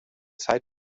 zeit